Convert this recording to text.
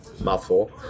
mouthful